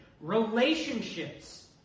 relationships